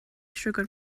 siwgr